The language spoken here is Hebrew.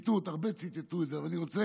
ציטוט, הרבה ציטטו את זה, אבל אני רוצה,